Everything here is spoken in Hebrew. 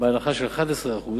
בהנחה של 11%,